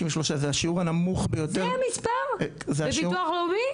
53,000. זה השיעור הנמוך ביותר ב-25 שנים.